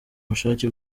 bushake